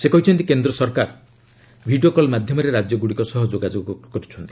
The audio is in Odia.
ସେ କହିଛନ୍ତି କେନ୍ଦ୍ର ସରକାର ଭିଡ଼ିଓ କଲ୍ ମାଧ୍ୟମରେ ରାଜ୍ୟଗୁଡ଼ିକ ସହ ଯୋଗାଯୋଗ କରୁଛନ୍ତି